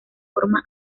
forma